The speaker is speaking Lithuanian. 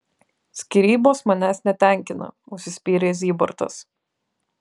skyrybos manęs netenkina užsispyrė zybartas